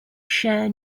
share